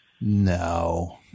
no